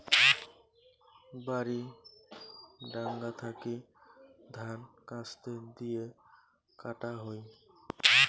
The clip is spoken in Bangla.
বাড়ি ডাঙা থাকি ধান কাস্তে দিয়ে কাটা হই